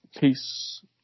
peace